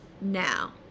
now